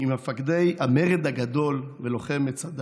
ממפקדי המרד הגדול ולוחם מצדה,